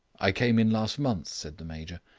i came in last month, said the major.